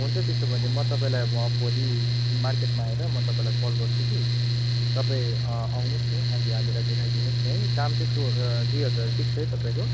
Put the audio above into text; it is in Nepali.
हुन्छ त्यसो भने म तपाईँलाई अब म भोलि मार्केटमा आएर म तपाईँलाई कल गर्छु कि तपाईँ आउनुहोस् न अनि हामीलाई देखाइदिनु होस् त्यही दाम चाहिँ त्यो दुई हजार फिक्स है तपाईँको